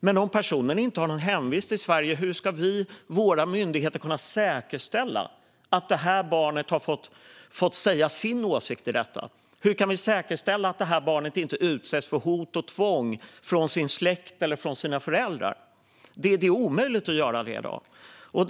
Men om personen inte har någon hemvist i Sverige, hur ska våra myndigheter då kunna säkerställa att barnet har fått säga sin åsikt? Hur kan vi säkerställa att barnet inte utsätts för hot och tvång från sin släkt eller från sina föräldrar? Det är omöjligt att göra det i dag.